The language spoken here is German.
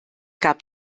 gab